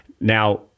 Now